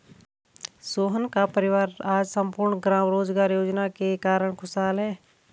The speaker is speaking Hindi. सोहन का परिवार आज सम्पूर्ण ग्राम रोजगार योजना के कारण खुशहाल है